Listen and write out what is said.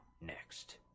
next